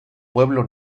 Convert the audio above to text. pueblo